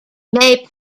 may